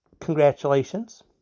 Congratulations